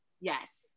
Yes